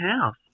house